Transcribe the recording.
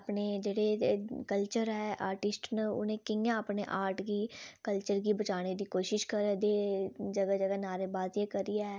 ते अपने जेह्ड़े कल्चर ऐ आर्टिस्ट न उ'नें कियां अपने आर्ट गी कल्चर गी बचाने दी कोशिश करै दे जगह् जगह् नारे बाज़ियां करियै